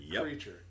creature